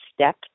step